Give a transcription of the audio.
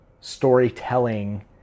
storytelling